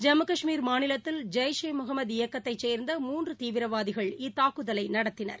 ஜம்மு காஷ்மீர் மாநிலத்தில் ஜெய்ஷ் இ முகமது இயக்கத்தை சேர்ந்த மூன்று தீவிரவாதிகள் இத்தாக்குதலை நடத்தினர்